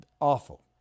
awful